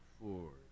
four